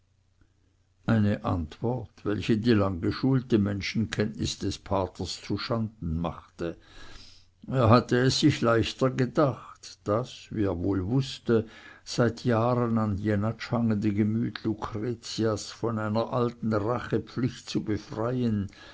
eine antwort welche die langgeschulte menschenkenntnis des paters zuschanden machte er hatte es sich leichter gedacht das wie er wohl wußte seit jahren an jenatsch hangende gemüt lucretias von einer alten rachepflicht zu befreien